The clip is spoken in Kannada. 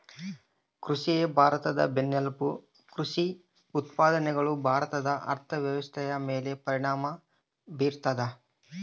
ಕೃಷಿಯೇ ಭಾರತದ ಬೆನ್ನೆಲುಬು ಕೃಷಿ ಉತ್ಪಾದನೆಗಳು ಭಾರತದ ಅರ್ಥವ್ಯವಸ್ಥೆಯ ಮೇಲೆ ಪರಿಣಾಮ ಬೀರ್ತದ